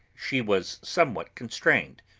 she was somewhat constrained,